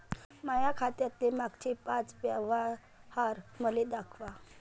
माया खात्यातले मागचे पाच व्यवहार मले दाखवा